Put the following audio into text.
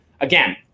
again